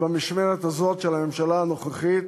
במשמרת הזאת של הממשלה הנוכחית,